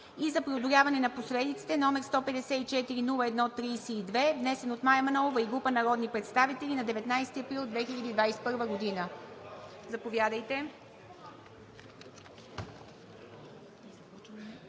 и за преодоляване на последиците, № 154-01-32, внесен от Мая Манолова и група народни представители на 19 април 2021 г. Заповядайте.